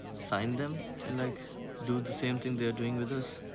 sign them and like do the same thing they're doing with us.